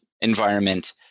environment